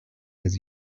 his